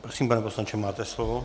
Prosím, pane poslanče, máte slovo.